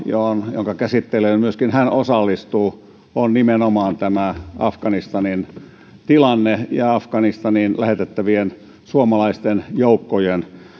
jonka käsittelyyn myöskin hän osallistuu on nimenomaan tämä afganistanin tilanne ja afganistaniin lähetettävien suomalaisten joukkojen